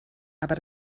aber